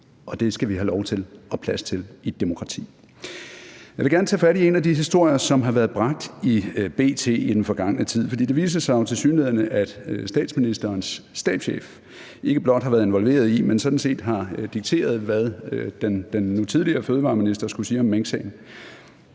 det skal vi have lov til og plads til at være i et demokrati. Jeg vil gerne tage fat i en af de historier, som har været bragt i B.T. i den forgangne tid. Det viser sig tilsyneladende, at statsministerens stabschef ikke blot har været involveret i, men sådan set har dikteret, hvad den nu tidligere fødevareminister skulle sige om minksagen